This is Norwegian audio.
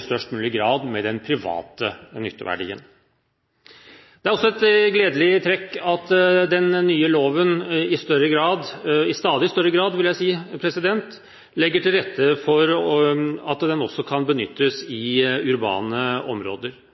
størst mulig grad sammenfaller med den private nytteverdien. Det er også et gledelig trekk at den nye loven i stadig større grad legger til rette for at den også kan benyttes i urbane områder.